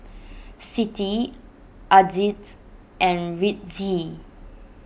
Siti Aziz and Rizqi